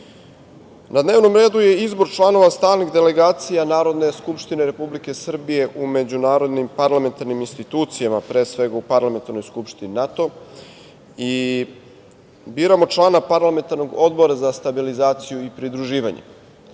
dnevnom redu je izbor članova stalnih delegacija Narodne skupštine Republike Srbije u međunarodnim parlamentarnim institucijama, pre svega u Parlamentarnoj skupštini NATO i biramo člana parlamentarnog Odbora za stabilizaciju i pridruživanje.